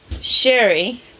sherry